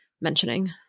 mentioning